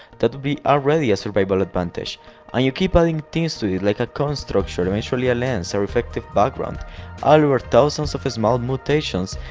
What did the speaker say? that would be already a survival advantage and you keep adding things to it like a cone structure, eventually a lense a reflective background all over thousands of small mutations,